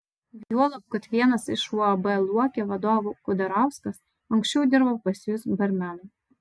juolab kad vienas iš uab luokė vadovų kudarauskas anksčiau dirbo pas jus barmenu